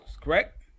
correct